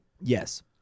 Yes